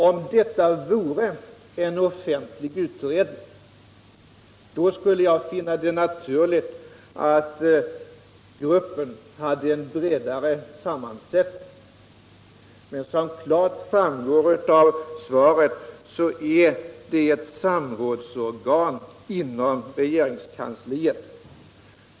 Om detta vore en offentlig utredning skulle jag finna det naturligt att gruppen hade en bredare sammansättning, men som klart framgår av svaret är det ett samrådsorgan inom regeringskansliet.